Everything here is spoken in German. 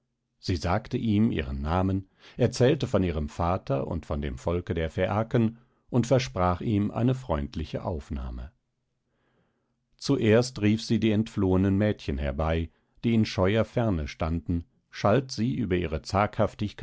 sie sagte ihm ihren namen erzählte von ihrem vater und von dem volke der phäaken und versprach ihm eine freundliche aufnahme zuerst rief sie die entflohenen mädchen herbei die in scheuer ferne standen schalt sie über ihre